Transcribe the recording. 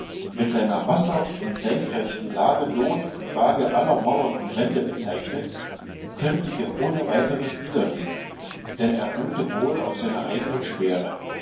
mit seiner wasser und senkrechten lage lot und waage aller mauern und wände bezeichnet könnten wir ohne weiteres niederlegen denn er ruhte wohl auf seiner eignen schwere